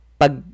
pag